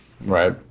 Right